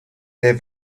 der